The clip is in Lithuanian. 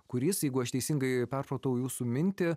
kuris jeigu aš teisingai perpratau jūsų mintį